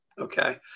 Okay